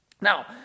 Now